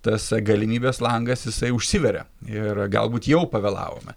tas galimybės langas jisai užsiveria ir galbūt jau pavėlavome